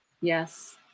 Yes